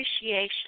appreciation